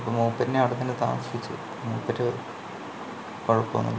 അപ്പോൾ മൂപ്പരിനെ അവിടെ തന്നെ താമസിപ്പിച്ചു മൂപ്പര് കുഴപ്പം ഒന്നും ഇല്ല